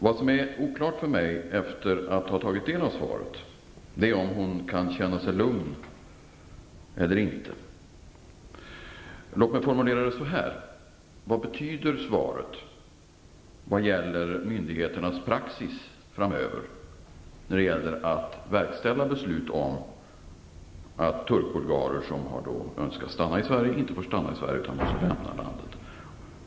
Vad som är oklart för mig efter att ha tagit del av svaret är om hon kan känna sig lugn eller inte. Låt mig formulera det så här: Vad betyder svaret beträffande myndigheternas praxis framöver när det gäller att verkställa beslut om att turkbulgarer som önskar stanna i Sverige inte får stanna i Sverige utan måste lämna landet?